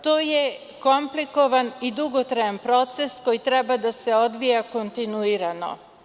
To je komplikovan i dugotrajan proces koji treba da se odvija kontinuirano.